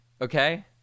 Okay